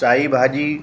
साई भाॼी